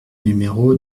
numéro